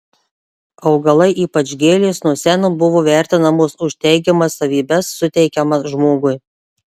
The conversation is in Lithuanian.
augalai ypač gėlės nuo seno buvo vertinamos už teigiamas savybes suteikiamas žmogui